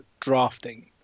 drafting